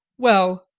well!